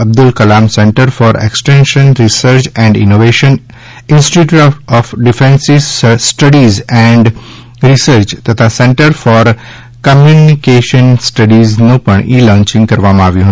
Abdul Kalam centre for extension research and innovation institute of defence studies and research તથા centre for computational સ્ટડીઝનો પણ e launching કરવામાં આવ્યો હતો